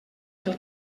del